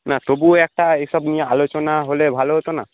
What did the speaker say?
না তবুও একটা এসব নিয়ে আলোচনা হলে ভালো হতো না